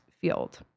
field